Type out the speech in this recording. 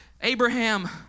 Abraham